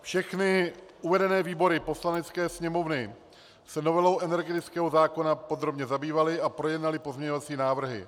Všechny uvedené výbory Poslanecké sněmovny se novelou energetického zákona podrobně zabývaly a projednaly pozměňovací návrhy.